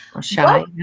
Shy